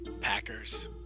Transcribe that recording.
Packers